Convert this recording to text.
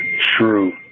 true